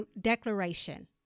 declaration